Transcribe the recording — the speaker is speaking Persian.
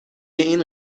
این